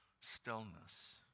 stillness